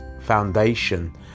Foundation